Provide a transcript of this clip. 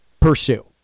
pursue